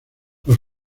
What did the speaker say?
los